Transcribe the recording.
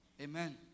Amen